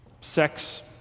sex